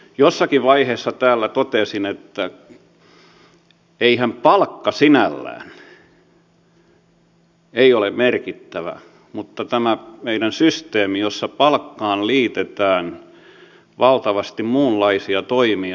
jossakin vaiheessa täällä totesin että eihän palkka sinällään ole merkittävä vaan tämä meidän systeemi jossa palkkaan liitetään valtavasti muunlaisia toimia